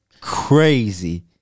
crazy